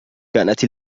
كانت